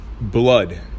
blood